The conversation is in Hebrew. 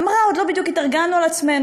היא אמרה: עוד לא בדיוק התארגנו על עצמנו,